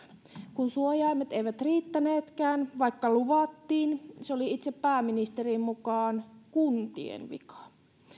kun suojaimet eivät riittäneetkään vaikka luvattiin se oli itse pääministerin mukaan kuntien vika